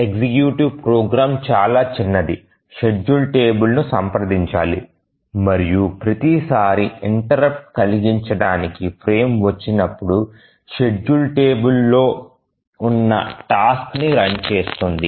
executive program చాలా చిన్నది schedule table ను సంప్రదించాలి మరియు ప్రతి సారీ ఇంటెర్రుప్ట్ కలిగించడానికి ఫ్రేమ్ వచ్చినప్పుడు షెడ్యూల్ టేబుల్ లో ఉన్న టాస్క్ ని రన్ చేస్తోంది